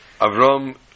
Avram